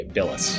Billis